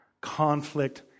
conflict